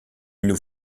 nous